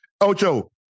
Ocho